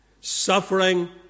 suffering